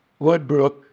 Woodbrook